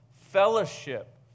fellowship